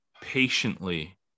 patiently